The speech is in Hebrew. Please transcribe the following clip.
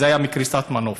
וזה היה מקריסת מנוף.